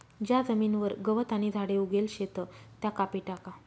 ज्या जमीनवर गवत आणि झाडे उगेल शेत त्या कापी टाका